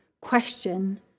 question